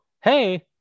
hey